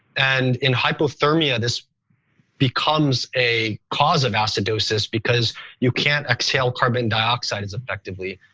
and in hypothermia, this becomes a cause of acidosis because you can't exhale carbon dioxide as effectively.